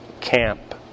camp